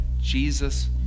Jesus